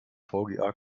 vga